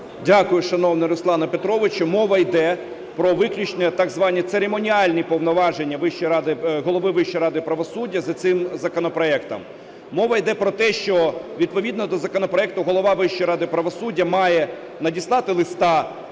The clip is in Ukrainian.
Дякую, шановний Руслане Петровичу. Мова йде про виключно так звані церемоніальні повноваження голови Вищої ради правосуддя за цим законопроектом. Мова йде про те, що відповідно до законопроекту голова Вищої ради правосуддя має надіслати листа